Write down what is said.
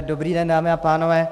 Dobrý den, dámy a pánové.